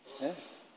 Yes